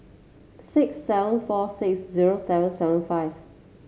six seven four six zero seven seven five